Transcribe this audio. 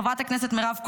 חברת הכנסת מירב כהן,